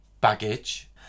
baggage